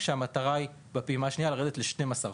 כשהמטרה היא בפעימה השנייה לרדת ל-12 חודש.